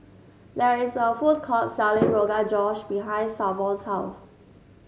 there is a food court selling Rogan Josh behind Savon's house